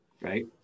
right